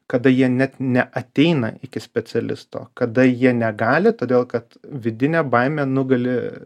kada jie net neateina iki specialisto kada jie negali todėl kad vidinė baimė nugali